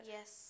Yes